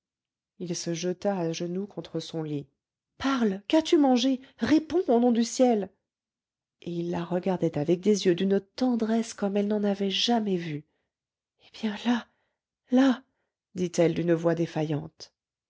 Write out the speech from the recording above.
il se jeta à genoux contre son lit parle qu'as-tu mangé réponds au nom du ciel et il la regardait avec des yeux d'une tendresse comme elle n'en avait jamais vu eh bien là là dit-elle d'une voix défaillante